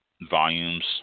volumes